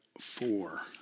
four